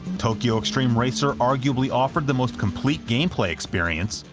tokyo extreme racer arguably offered the most complete gameplay experience,